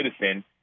citizen